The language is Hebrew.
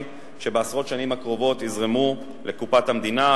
שבעשרות השנים הקרובות יזרמו לקופת המדינה,